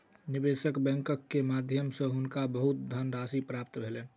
निवेशक बैंक के माध्यम सॅ हुनका बहुत धनराशि प्राप्त भेलैन